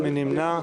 מי נמנע?